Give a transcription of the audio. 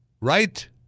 Right